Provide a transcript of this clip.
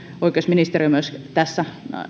oikeusministeriö myös tässä